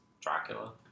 Dracula